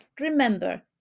remember